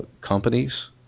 companies